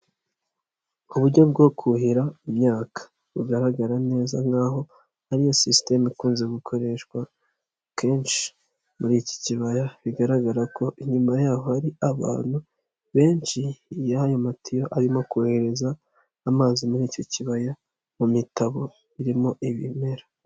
Uburyo bwo kuhira imyaka bugaragara neza nk'aho ariyo sisiteme ikunze gukoreshwa kenshi, muri iki kibaya bigaragara ko inyuma yaho hari abantu benshi y'ayo matiyo arimo kohereza amazi muri icyo kibaya mu mitabo irimo ibimera.